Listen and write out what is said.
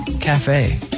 Cafe